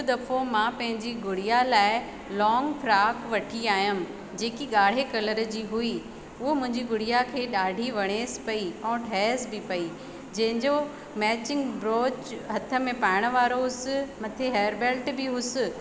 हिक दफ़ो मां पंहिंजी गुड़िया लाइ लोन्ग फ्राक वठी आयमि जेकी गाढ़े कलर जी हुई उहो मुंहिंजी गुड़िया खे ॾाढी वणेसि पई ऐं ठयसि बि पई जंहिंजो मैचिंग ब्रोच हथ में पायण वारो हुअसि मथे हैयर बैल्ट बि हुयसि